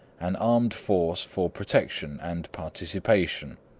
an armed force for protection and participation.